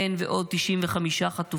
הן ועוד 95 חטופים,